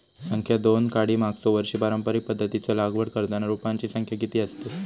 संख्या दोन काडी मागचो वर्षी पारंपरिक पध्दतीत लागवड करताना रोपांची संख्या किती आसतत?